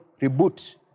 reboot